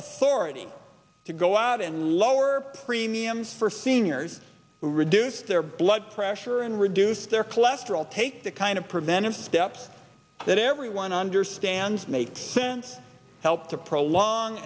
authority to go out and lower premiums for fifteen years reduce their blood pressure and reduce their cholesterol take the kind of preventive steps that everyone understands make sense helped to prolong